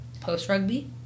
post-rugby